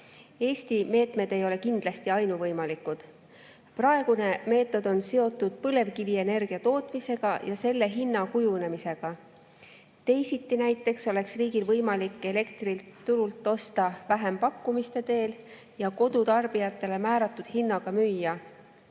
Eesti meetmed ei ole kindlasti ainuvõimalikud. Praegune meetod on seotud põlevkivienergia tootmisega ja selle hinna kujunemisega. Teisiti näiteks oleks riigil võimalik osta elektrit turult vähempakkumiste teel ja müüa seda kodutarbijatele määratud hinnaga.